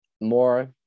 more